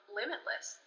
limitless